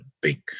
big